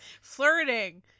Flirting